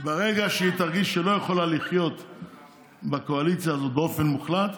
ברגע שהיא תרגיש שהיא לא יכולה לחיות בקואליציה הזאת באופן מוחלט,